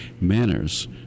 manners